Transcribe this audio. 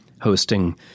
hosting